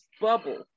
bubble